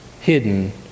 hidden